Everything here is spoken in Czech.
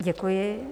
Děkuji.